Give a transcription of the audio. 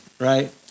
right